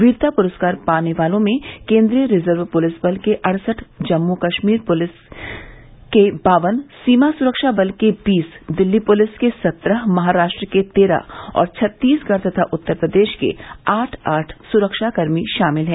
वीरता पुरस्कार पाने वालों में केन्द्रीय रिजर्व प्रलिस बल के अड़सठ जम्मू कश्मीर प्रलिस के बावन सीमा सुरक्षा बल के बीस दिल्ली पुलिस के सत्रह महाराष्ट्र के तेरह और छत्तीसगढ़ तथा उत्तर प्रदेश के आठ आठ सुरक्षाकर्मी शामिल हैं